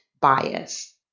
bias